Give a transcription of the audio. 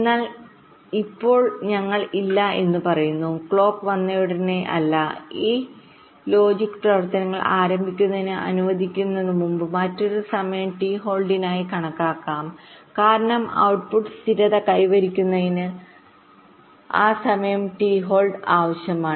എന്നാൽ ഇപ്പോൾ ഞങ്ങൾ ഇല്ല എന്ന് പറയുന്നു ക്ലോക്ക് വന്നയുടനെ അല്ല ഈ ലോജിക് പ്രവർത്തനങ്ങൾ ആരംഭിക്കുന്നതിന് അനുവദിക്കുന്നതിനുമുമ്പ് മറ്റൊരു സമയം ടി ഹോൾഡിനായി കാത്തിരിക്കാം കാരണം ഔട്ട്പുട് സ്ഥിരത കൈവരിക്കുന്നതിന് ആ സമയം ടി ഹോൾഡ്ആവശ്യമാണ്